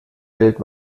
welt